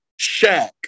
Shaq